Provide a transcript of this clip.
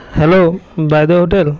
hello বাইদেউ hotel